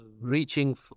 reaching